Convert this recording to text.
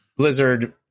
Blizzard